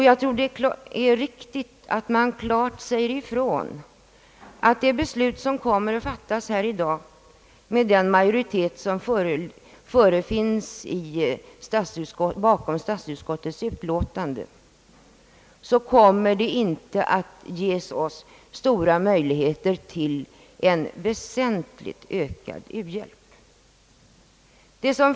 Jag tror att det är riktigt att man klart säger ifrån att det beslut som — att döma av den majoritet som står bakom statsutskottets utlåtande — kommer att fattas här i dag inte kommer att ge oss stora möjligheter att väsentligt öka u-hjälpen.